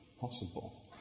possible